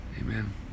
Amen